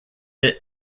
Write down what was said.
est